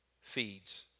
feeds